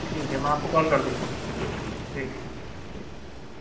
ٹھیک ہے میں آپ کو کال کر دوں گا ٹھیک ٹھیک